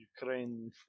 Ukraine